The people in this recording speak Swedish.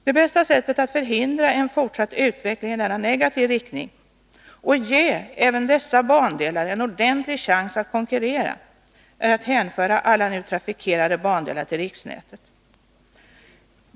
Det bästa sättet att förhindra en fortsatt utveckling i denna negativa riktning och ge även dessa bandelar en ordentlig chans att konkurrera är att hänföra alla nu trafikerade bandelar till riksnätet.